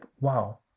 wow